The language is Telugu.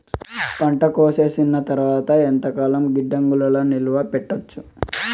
పంట కోసేసిన తర్వాత ఎంతకాలం గిడ్డంగులలో నిలువ పెట్టొచ్చు?